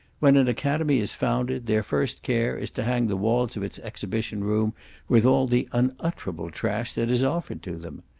when an academy is founded, their first care is to hang the walls of its exhibition room with all the unutterable trash that is offered to them.